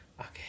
Okay